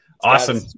awesome